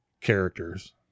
characters